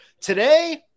Today